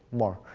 more.